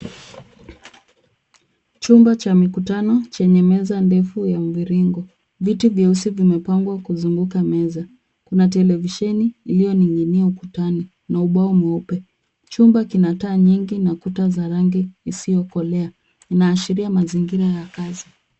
Chumba cha mikutano chenye meza ndefu ya mviringo. Viti vyeusi vimepangwa kuzunguka meza. Kuna televisheni iliyoning'inia ukutani na ubao mweupe. Chumba kina taa nyingi na kuta za rangi isiyokolea. Inaashiria mazingira ya kazi.